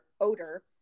odor